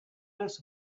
this